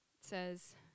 says